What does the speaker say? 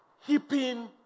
heaping